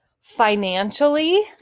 financially